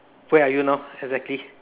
where are you now exactly